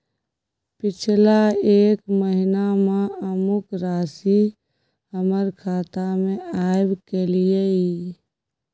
पिछला एक महीना म अमुक राशि हमर खाता में आबय कैलियै इ?